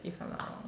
if I'm not wrong